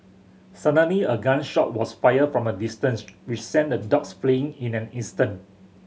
suddenly a gun shot was fired from a distance which sent the dogs fleeing in an instant